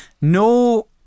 no